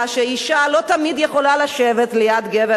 ששם אשה לא תמיד יכולה לשבת ליד גבר,